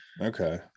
okay